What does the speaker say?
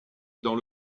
dans